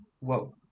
Whoa